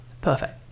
Perfect